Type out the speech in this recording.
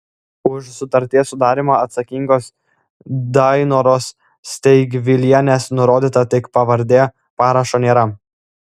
už sutarties sudarymą atsakingos dainoros steigvilienės nurodyta tik pavardė parašo nėra